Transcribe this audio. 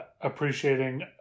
appreciating